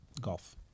golf